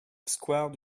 square